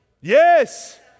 Yes